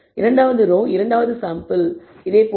இரண்டாவது ரோ இரண்டாவது சாம்பிள் மற்றும் பல